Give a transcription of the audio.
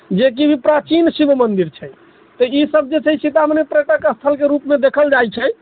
जेकि भी प्राचीन शिव मन्दिर छै तऽ ई सब जे छै सीतामढ़ीमे पर्यटक स्थलके रूपमे देखल जाइ छै